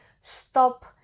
stop